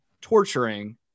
torturing